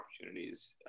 opportunities